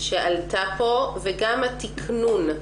שעלתה פה, וגם התיקנון,